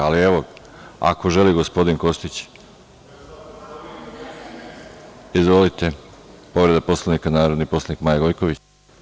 Ali, evo, ako želi gospodin Kostić? (Ivan Kostić: Ne, ne želim.) Povreda Poslovnika, narodni poslanik Maja Gojković.